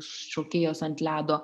šokėjos ant ledo